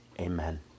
Amen